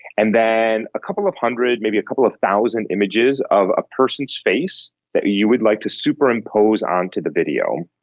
and then a couple of of hundred, maybe a couple of thousand images of a person's face that you would like to superimpose onto the video.